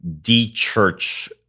de-church